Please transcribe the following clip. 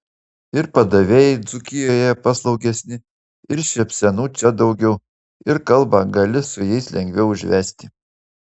ir padavėjai dzūkijoje paslaugesni ir šypsenų čia daugiau ir kalbą gali su jais lengviau užvesti